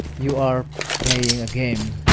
you are playing a game.